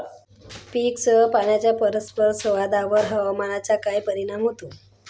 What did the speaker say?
पीकसह पाण्याच्या परस्पर संवादावर हवामानाचा काय परिणाम होतो?